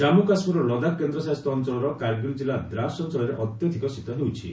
ଜନ୍ମୁ କାଶ୍ମୀର ଓ ଲଦାଖ୍ କେନ୍ଦ୍ରଶାସିତ ଅଞ୍ଚଳର କାର୍ଗିଲ୍ ଜିଲ୍ଲା ଦ୍ରାସ ଅଞ୍ଚଳରେ ଅତ୍ୟଧିକ ଶୀତ ହେଉଛି